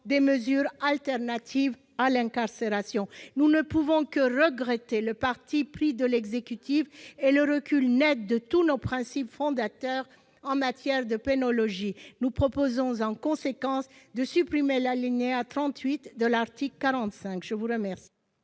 des mesures alternatives à l'incarcération. Nous ne pouvons que regretter le parti pris de l'exécutif et le recul net de tous nos principes fondateurs en matière de pénologie. Nous proposons en conséquence de supprimer l'article 45. Quel